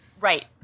right